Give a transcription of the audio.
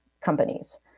companies